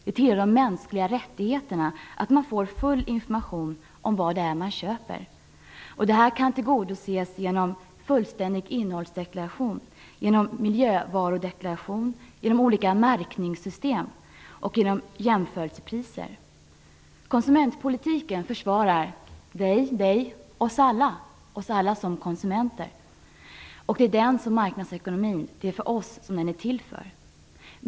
Det tillhör de mänskliga rättigheterna att man får full information om vad det är man köper. Det kravet kan tillgodoses genom fullständig innehållsdeklaration, miljövarudeklaration, olika märkningssystem och jämförelsepriser. Konsumentpolitiken försvarar oss alla - oss alla som konsumenter. Det är med den som med marknadsekonomin - det är oss den är till för.